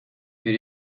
bir